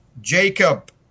Jacob